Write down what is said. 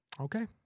Okay